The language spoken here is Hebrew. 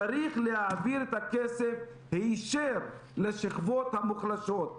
צריך להעביר את הכסף היישר לשכבות המוחלשות.